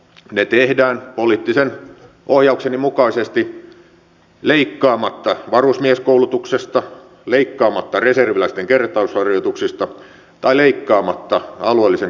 ne tehdään poliittisen ohjaukseni mukaisesti leikkaamatta varusmieskoulutuksesta leikkaamatta reserviläisten kertausharjoituksista ja leikkaamatta alueellisen koskemattomuuden valvonnasta